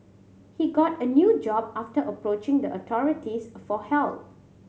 he got a new job after approaching the authorities for help